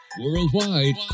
Worldwide